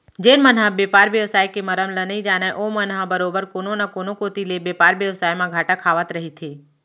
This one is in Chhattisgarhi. जेन मन ह बेपार बेवसाय के मरम ल नइ जानय ओमन ह बरोबर कोनो न कोनो कोती ले बेपार बेवसाय म घाटा खावत रहिथे